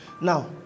now